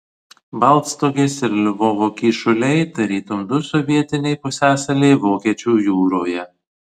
baltstogės ir lvovo kyšuliai tarytum du sovietiniai pusiasaliai vokiečių jūroje